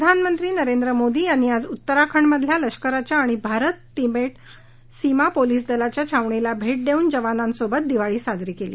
प्रधानमंत्री नरेंद्र मोदी यांनी आज उत्तराखंडमधल्या लष्कराच्या आणि भारत तिबेट सीमा पोलीस दलाच्या छावणीला भेट देऊन जवानांसोबत दिवाळी साजरी केली